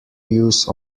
use